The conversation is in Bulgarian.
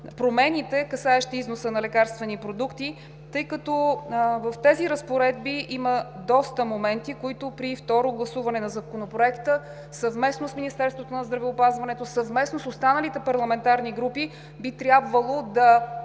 промените, касаещи износа на лекарствени продукти, тъй като в тези разпоредби има доста моменти, които при второто гласуване на Законопроекта, съвместно с Министерството на здравеопазването и съвместно с останалите парламентарни групи би трябвало да